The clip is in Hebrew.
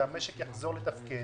שהמשק יחזור לתפקד,